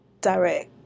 direct